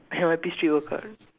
N_Y_P street go kart